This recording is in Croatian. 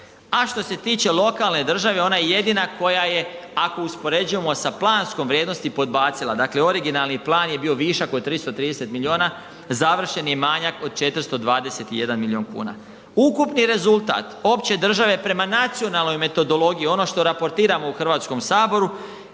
A što se tiče lokalne države ona je jedina koja je ako je uspoređujemo sa planskom vrijednosti podbacila, dakle originalan plan je bio višak od 330 milijuna, završen je manjak od 421 milijun kuna. Ukupni rezultat opće države prema nacionalnoj metodologiji ono što raportiramo u Hrvatskom saboru,